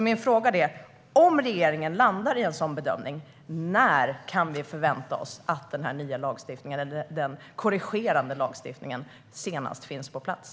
Min fråga är: Om regeringen landar i en sådan bedömning, när kan vi förvänta oss att den korrigerade lagstiftningen senast finns på plats?